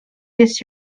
this